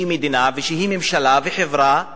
שהיא מדינה ושהיא ממשלה וחברה חולה.